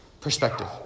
perspective